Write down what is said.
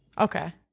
okay